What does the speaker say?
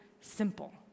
simple